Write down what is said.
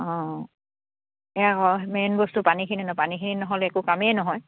অঁ এয়া আকৌ মেইন বস্তু পানীখিনি ন পানীখিনি নহ'লে একো কামেই নহয়